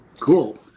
cool